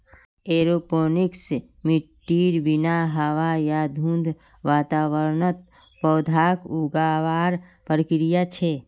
aeroponics मिट्टीर बिना हवा या धुंध वातावरणत पौधाक उगावार प्रक्रिया छे